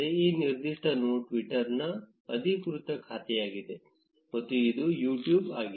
ಈ ನಿರ್ದಿಷ್ಟ ನೋಡ್ ಟ್ವಿಟರ್ನ ಅಧಿಕೃತ ಖಾತೆಯಾಗಿದೆ ಮತ್ತು ಇದು ಯು ಟ್ಯೂಬ್ ಆಗಿದೆ